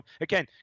Again